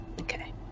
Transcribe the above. Okay